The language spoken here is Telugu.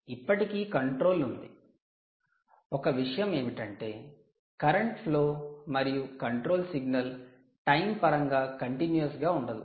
ఇప్పటికీ కంట్రోల్ ఉంది ఒక విషయం ఏమిటంటే కరెంటు ఫ్లో మరియు కంట్రోల్ సిగ్నల్ టైం పరంగా కంటిన్యూయస్ గా ఉండదు